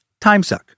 timesuck